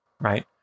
right